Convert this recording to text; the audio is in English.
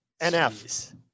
nf